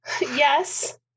Yes